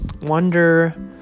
wonder